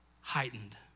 heightened